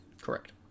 correct